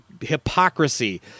hypocrisy